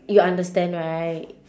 you understand right